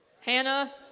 Hannah